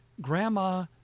Grandma